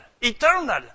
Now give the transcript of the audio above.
Eternal